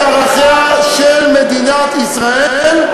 ואת ערכיה של מדינת ישראל,